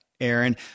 Aaron